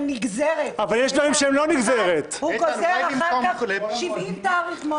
אתם עכשיו מנסים לסדר את המגרש הפוליטי כך שיסתום את פיות הימין.